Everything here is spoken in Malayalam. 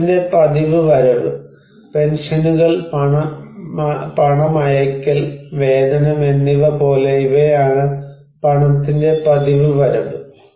പണത്തിന്റെ പതിവ് വരവ് പെൻഷനുകൾ പണമയയ്ക്കൽ വേതനം എന്നിവ പോലെ ഇവയാണ് പണത്തിന്റെ പതിവ് വരവ്